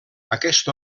aquest